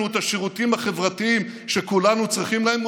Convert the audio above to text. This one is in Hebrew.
את השירותים החברתיים שכולנו צריכים להם,